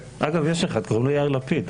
אגב, יש אחד, קוראים לו יאיר לפיד.